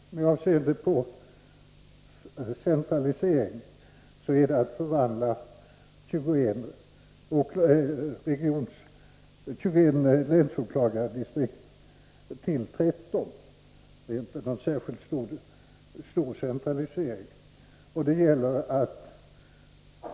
Centraliseringen är alltså att 21 länsåklagardistrikt förvandlas till 13. Det är inte någon särskilt stor centralisering.